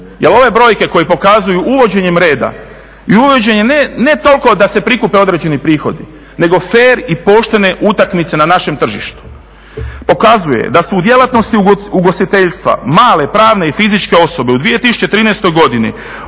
Jer ove brojke koje pokazuju uvođenje reda i uvođenje ne toliko da se prikupe određeni prihodi, nego fer i poštene utakmice na našem tržištu, pokazuje da su u djelatnosti ugostiteljstva male pravne i fizičke osobe u 2013. godini